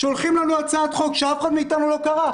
שולחים לנו הצעת חוק שאף אחד מאיתנו לא קרא,